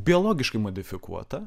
biologiškai modifikuotą